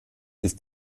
ist